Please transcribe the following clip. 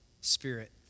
spirit